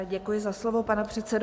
Děkuji za slovo, pane předsedo.